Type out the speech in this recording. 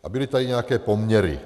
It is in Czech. A byly tady nějaké poměry.